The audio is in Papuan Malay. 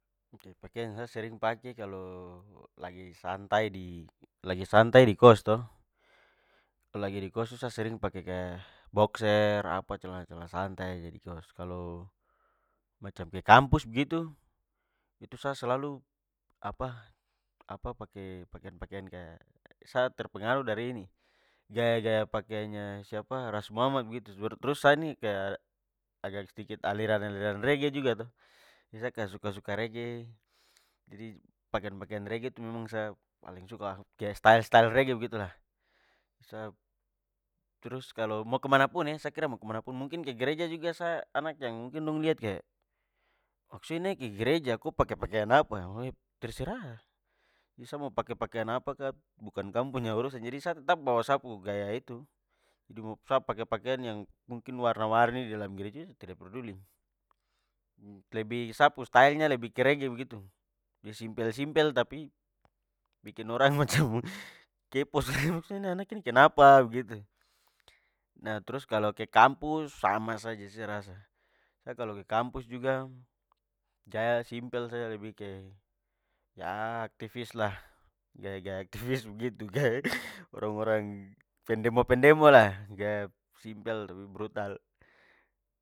Ok, pakaian yang sa sering pake kalo lagi santai di lagi santai di- kost to, lagi di kost tu sa sering pake kaya boxer, apa celana-celana santai aja di kost. Kalo macam ke kampus begitu, itu sa selalu apa apa- pake pakaian-pakaian kaya, sa terpengaruh dari ini gaya-gaya pakaiannya siapa ras muhammad begitu. trus sa ni kaya sedikit aliran-aliran reggae juga to! Jadi, sa kaya suka-suka reggae, jadi pakaian-pakaian reggae tu memang sa paling suka, kaya style-style reggae begitulah. Sa trus kalo mo kemana pun e, sa kira mo kemana pun, mungkin ke gereja, sa juga anak yang mungkin dong lihat kaya, maksudnya ini ke gereja ko pake pakaian apa? terserah! Sa mo pake pakaian apa ka, bukan kam punya urusan. Jadi, sa tetap bawa sa pu gaya itu. Jadi, mo sa pake pakaian yang mungkin warna-warni dalam gereja tidak perduli. Lebih sa pu stylenya lebih ke reggae begitu. Jadi simpel-simpel tapi bikin orang macam kepo, maksudnya anak macam kenapa begitu. Nah trus kalo ke kampus, sama saja sa rasa. Sa kalo ke kampus juga, gaya simpel saja lebih ke ya aktivis lah. Gaya-gaya aktivis begitu. gaya orang-orang pendemo-pendemo lah, gaya simpel tapi brutal.